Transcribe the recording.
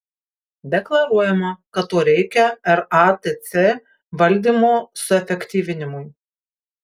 deklaruojama kad to reikia ratc valdymo suefektyvinimui